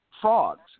frogs